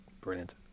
Brilliant